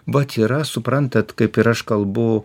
vat yra suprantate kaip ir aš kalbu